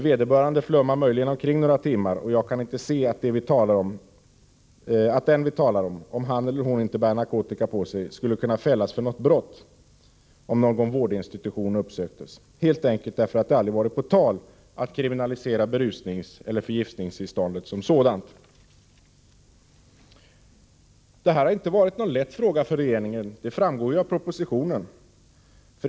Vederbörande flummar möjligen omkring några timmar, och jag kan inte se att den vi talar om, om han eller hon inte bär narkotika på sig, skulle kunna fällas för något brott om någon vårdinstitution uppsöktes, helt enkelt därför att det aldrig har varit på tal att kriminalisera berusningseller förgiftningstillståndet som sådant. Detta har inte varit någon lätt fråga för regeringen, som framgår av propositionen.